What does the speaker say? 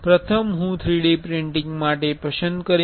પ્રથમ હું 3D printing માટે પસંદ કરીશ